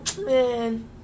man